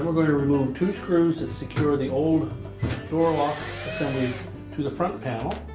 we're going to remove two screws that secure the old door lock assembly to the front panel.